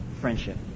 friendship